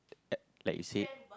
uh like say